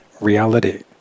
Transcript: reality